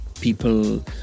people